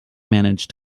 manage